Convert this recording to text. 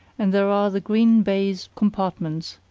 and there are the green-baize compartments,